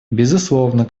безусловно